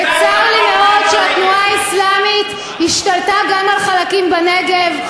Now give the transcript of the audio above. וצר לי מאוד שהתנועה האסלאמית השתלטה גם על חלקים בנגב,